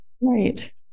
right